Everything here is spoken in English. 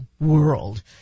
world